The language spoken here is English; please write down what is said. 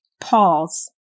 pause